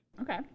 Okay